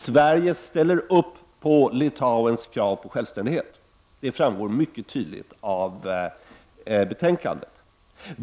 Sverige ställer upp på Litauens krav på självständighet. Det framgår mycket tydligt av betänkandet.